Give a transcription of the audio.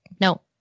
no